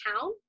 town